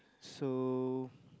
so